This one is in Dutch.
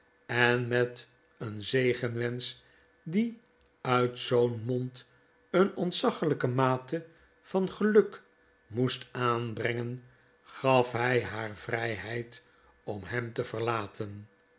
en met een zegenwensch die uit zoo'n mond een ontzaglijke mate van geluk moest aanbrengen gaf hij haar vrijheid om hem te verlaten